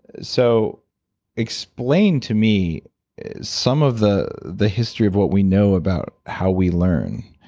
so explain to me some of the the history of what we know about how we learn,